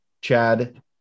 Chad